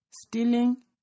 stealing